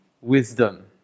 wisdom